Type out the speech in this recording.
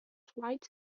flights